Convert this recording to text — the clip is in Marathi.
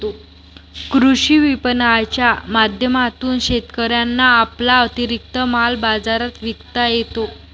कृषी विपणनाच्या माध्यमातून शेतकऱ्यांना आपला अतिरिक्त माल बाजारात विकता येतो